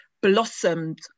blossomed